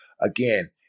again